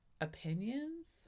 opinions